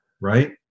Right